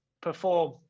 perform